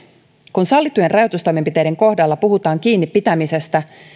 kun sallittujen rajoitustoimenpiteiden kohdalla puhutaan kiinnipitämisestä